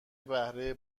بهره